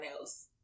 else